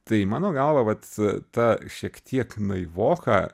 tai mano galva vat ta šiek tiek naivoka